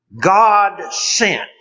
God-sent